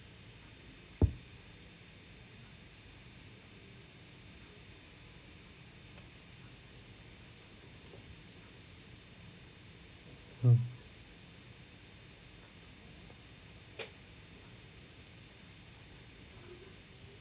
hmm